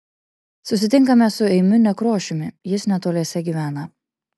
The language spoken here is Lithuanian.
susitinkame su eimiu nekrošiumi jis netoliese gyvena